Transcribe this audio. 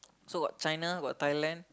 so got China got Thailand